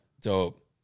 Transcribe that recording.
Dope